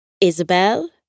Isabel